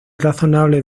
razonable